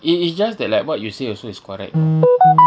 i~ is just that like what you say also is correct